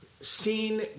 seen